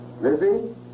Lizzie